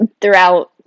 throughout